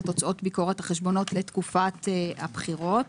תוצאות ביקורת החשבונות לתקופת הבחירות.